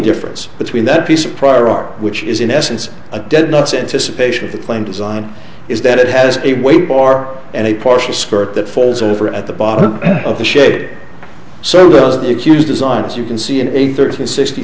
difference between that piece of prior art which is in essence a dead nuts anticipation of the flame design is that it has a weight bar and a partial skirt that folds over at the bottom of the shape so does the accused design as you can see in a thirty two sixty